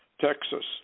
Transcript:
Texas